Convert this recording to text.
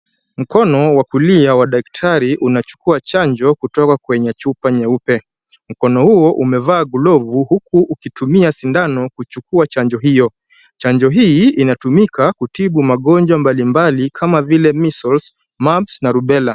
Mkono wa kulia wa daktari unachukua chanjo kutoka kwenye chupa nyeupe. Mkono huu umevaa glove , huku ukitumia sindano kuchukua chanjo hiyo. Chanjo hii inatumika kutibu magonjwa mbalimbali kama vile Measles, Mumps na Rubella .